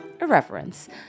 irreverence